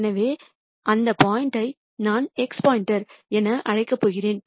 எனவே அந்த பாயிண்ட் யை நான் x என்று அழைக்கப் போகிறேன்